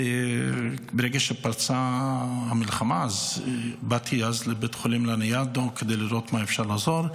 וברגע שפרצה המלחמה באתי לבית חולים לניאדו כדי לראות במה אפשר לעזור,